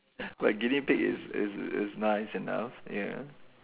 like guinea pig is is is nice enough ya